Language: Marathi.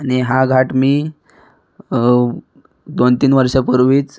आणि हा घाट मी दोन तीन वर्षापूर्वीच